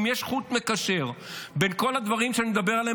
אם יש חוט מקשר בזמן בין כל הדברים שאני מדבר עליהם